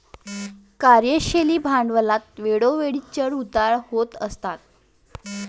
कार्यशील भांडवलात वेळोवेळी चढ उतार होत असतात